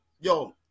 yo